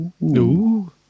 No